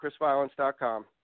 chrisviolence.com